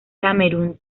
camerún